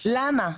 למה?